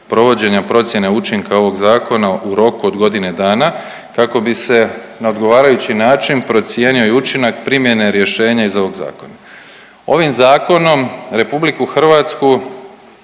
provođenja procjene učinka ovog zakona u roku od godine dana kako bi se na odgovarajući način procijenio i učinak primjene rješenja iz ovog zakona. Ovim zakonom RH činimo još